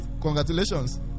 Congratulations